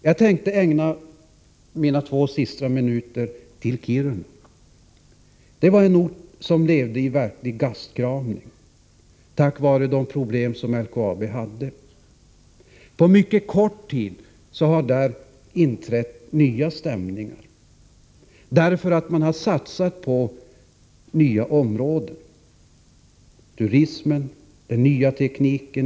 Jag tänkte ägna de sista minuterna i mitt inlägg åt Kiruna. Det är en ort som levde i verklig gastkramning på grund av de problem som LKAB hade. På mycket kort tid har det nu blivit en ny, positiv stämning där, för man har satsat på nya områden, som turism, rymdoch datateknik.